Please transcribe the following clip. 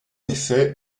effet